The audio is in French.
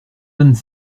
vingt